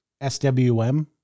SWM